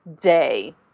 day